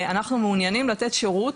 אנחנו מעוניינים לתת שירות